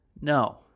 No